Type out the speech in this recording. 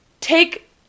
take